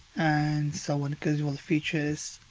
and so on, it give you all the features.